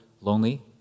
lonely